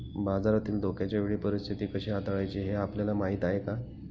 बाजारातील धोक्याच्या वेळी परीस्थिती कशी हाताळायची हे आपल्याला माहीत आहे का?